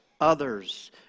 others